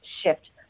shift